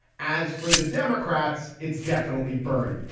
as for the democrats, it's definitely bernie.